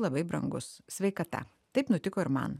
labai brangus sveikata taip nutiko ir man